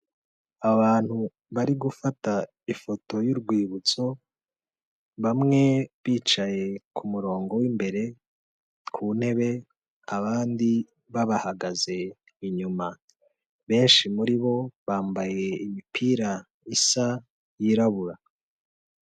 Abantu bari gufata ifoto y'urwibutso, bamwe bicaye kumurongo w'imbere ku ntebe, abandi bahagaze inyuma, benshi muri bo bambaye imipira isa, yirabura.